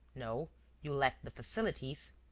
no you lack the facilities.